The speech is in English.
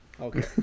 Okay